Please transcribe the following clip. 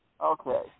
Okay